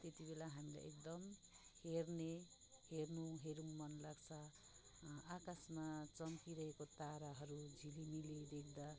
त्यति बेला हामीलाई एकदम हेर्ने हर्नु हेरौँ मन लाग्छ आकाशमा चम्किरहेको ताराहरू झिलिमिली देख्दा